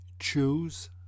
choose